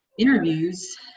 interviews